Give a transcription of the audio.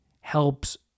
helps